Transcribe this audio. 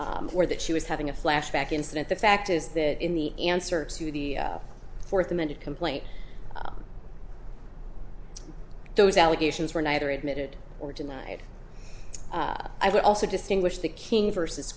d or that she was having a flashback incident the fact is that in the answer to the fourth amended complaint those allegations were neither admitted or denied i would also distinguish the king versus